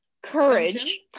courage